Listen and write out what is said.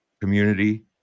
community